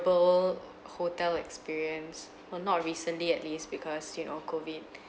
hotel experience well not recently at least because you know COVID